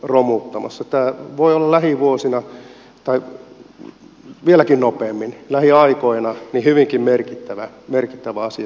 tämä voi olla lähivuosina tai vieläkin nopeammin lähiaikoina hyvinkin merkittävä asia suomalaisessa yhteiskunnassa